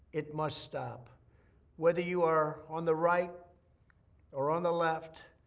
it must stop whether you are on the right or on the left,